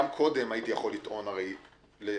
גם קודם יכולתי לטעון לאחריות.